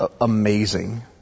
amazing